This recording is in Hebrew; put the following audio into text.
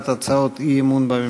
עוד אודיעכם כי חבר הכנסת יחיאל חיליק